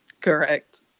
Correct